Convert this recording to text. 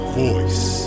voice